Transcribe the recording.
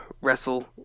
wrestle